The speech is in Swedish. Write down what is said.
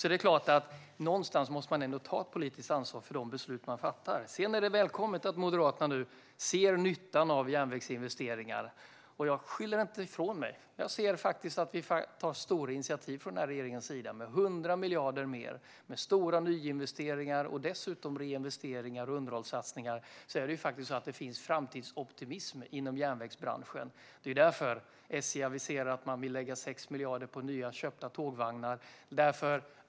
Det är klart att man någonstans måste ta ett politiskt ansvar för de beslut man fattar. Sedan är det välkommet att Moderaterna nu ser nyttan av järnvägsinvesteringar. Jag skyller inte ifrån mig. Jag ser att vi från regeringens sida tar stora initiativ med 100 miljarder mer. Med stora nyinvesteringar och dessutom reinvesteringar och underhållssatsningar finns det framtidsoptimism inom järnvägsbranschen. Det är därför SJ aviserar att man vill lägga 6 miljarder på nya köpta tågvagnar.